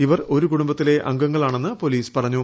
ഇവർ ഒരു കുടുംബത്തിലെ അംഗങ്ങളാണെന്ന് പോലീസ് പറഞ്ഞു